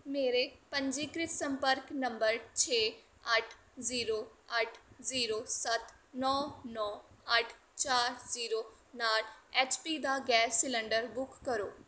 ਮੇਰੇ ਪੰਜੀਕ੍ਰਿਤ ਸੰਪਰਕ ਨੰਬਰ ਛੇ ਅੱਠ ਜ਼ੀਰੋ ਅੱਠ ਜ਼ੀਰੋ ਸੱਤ ਨੌ ਨੌ ਅੱਠ ਚਾਰ ਜ਼ੀਰੋ ਨਾਲ ਐੱਚ ਪੀ ਦਾ ਗੈਸ ਸਿਲੰਡਰ ਬੁੱਕ ਕਰੋ